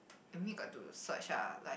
I mean got to search lah like